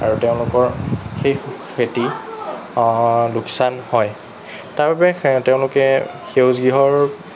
আৰু তেওঁলোকৰ সেই খেতি লোকচান হয় তাৰবাবে তেওঁলোকে সেউজ গৃহৰ